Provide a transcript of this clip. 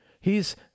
He's